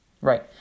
right